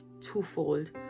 twofold